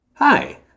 Hi